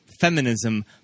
feminism